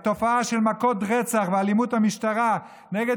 התופעה של מכות רצח ואלימות המשטרה נגד